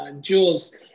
Jules